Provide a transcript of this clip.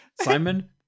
Simon